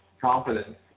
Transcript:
confidence